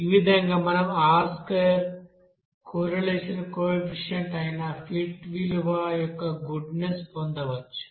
ఈ విధంగా మనం R2 కొర్రెలేషన్ కోఎఫిసిఎంట్ అయిన ఫిట్ విలువ యొక్క గుడ్నెస్ పొందవచ్చు